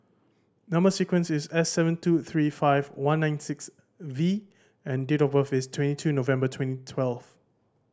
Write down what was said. number sequence is S seven two three five one nine six V and date of birth is twenty two November twenty twelve